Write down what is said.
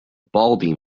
baldy